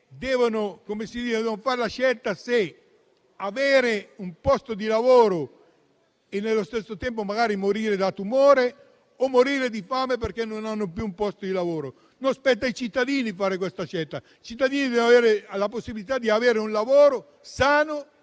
devono scegliere tra avere un posto di lavoro e, nello stesso tempo, magari morire per un tumore, oppure morire di fame perché non hanno più un posto di lavoro. Non spetta ai cittadini compiere questa scelta. I cittadini devono avere la possibilità di avere un lavoro sano